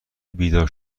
بیدار